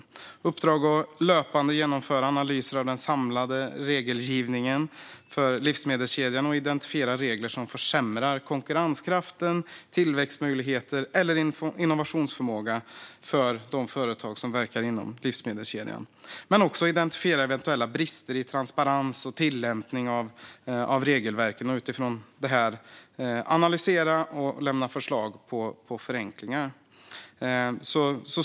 De har i uppdrag att löpande genomföra analyser av den samlade regelgivningen för livsmedelskedjan och identifiera regler som försämrar konkurrenskraften, tillväxtmöjligheter eller innovationsförmågan för de företag som verkar inom livsmedelskedjan. Men de ska också identifiera eventuella brister i transparens och tillämpning av regelverken och utifrån det analysera och lämna förslag på förenklingar.